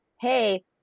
hey